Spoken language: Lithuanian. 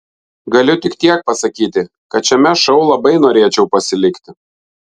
galiu tik tiek pasakyti kad šiame šou labai norėčiau pasilikti